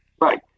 Right